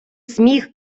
сміх